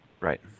Right